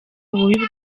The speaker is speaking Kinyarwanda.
ububi